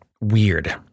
weird